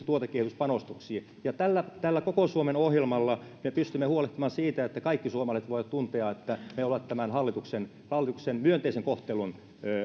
tuotekehityspanostuksiin ja tällä tällä koko suomen ohjelmalla me pystymme huolehtimaan siitä että kaikki suomalaiset voivat tuntea että he ovat tämän hallituksen hallituksen myönteisen kohtelun